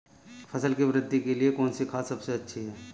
फसल की वृद्धि के लिए कौनसी खाद सबसे अच्छी है?